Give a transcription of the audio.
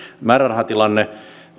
määrärahatilanne